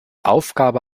aufgabe